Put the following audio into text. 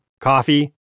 coffee